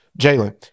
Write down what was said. Jalen